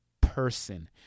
person